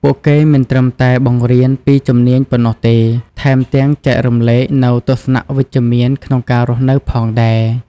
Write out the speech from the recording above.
ពួកគេមិនត្រឹមតែបង្រៀនពីជំនាញប៉ុណ្ណោះទេ ថែមទាំងចែករំលែកនូវទស្សនៈវិជ្ជមានក្នុងការរស់នៅផងដែរ។